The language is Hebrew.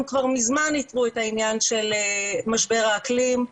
הם כבר מזמן איתרו את העניין של משבר האקלים,